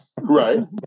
Right